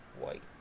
white